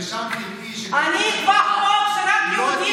ושם תראי, אני, לשלם מיסים,